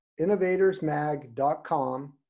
innovatorsmag.com